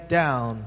down